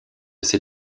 ses